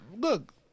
look